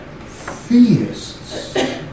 theists